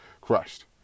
crushed